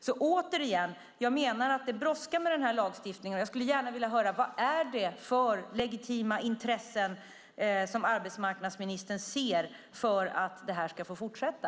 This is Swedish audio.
Jag menar, återigen, att lagstiftningen brådskar, och jag skulle gärna vilja höra vad det är för legitima intressen som arbetsmarknadsministern anser finns för att detta ska få fortsätta.